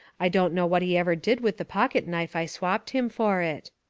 i don't know what he ever did with the pocket-knife i swapped him for it.